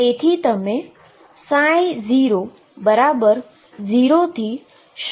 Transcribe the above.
તેથી તમે 00 થી શરૂ કરી શકો છો